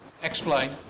Explain